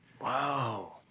Wow